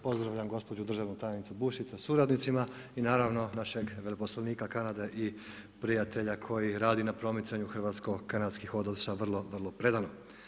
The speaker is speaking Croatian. Pozdravljam gospođu državnu tajnicu Bušić sa suradnicima i naravno našeg veleposlanika Kanade i prijatelja koji radi na promicanju hrvatsko-kanadskih odnosa vrlo, vrlo predano.